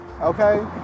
Okay